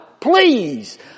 please